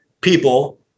people